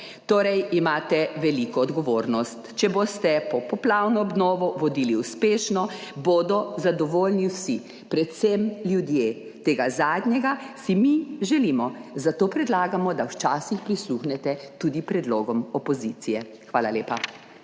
Torej imate veliko odgovornost. Če boste popoplavno obnovo vodili uspešno, bodo zadovoljni vsi, predvsem ljudje. Tega zadnjega si mi želimo, zato predlagamo, da včasih prisluhnete tudi predlogom opozicije. Hvala lepa.